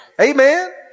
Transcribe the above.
Amen